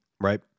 right